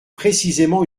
précisément